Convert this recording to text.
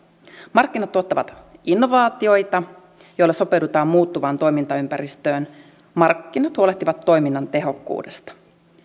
markkinat tuottavat innovaatioita joilla sopeudutaan muuttuvaan toimintaympäristöön markkinat huolehtivat toiminnan tehokkuudesta